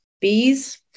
bees